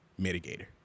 mitigator